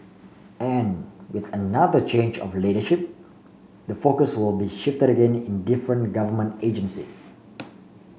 and with another change of leadership the focus will be shifted again in different government agencies